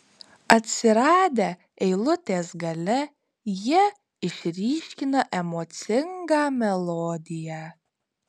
atsiradę eilutės gale jie išryškina emocingą melodiją